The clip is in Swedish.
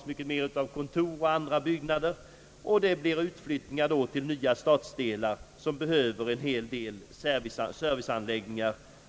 Större delar upptas av kontor och liknande, och utflyttningar sker till nya stadsdelar, vilka behöver serviceanläggningar.